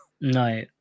no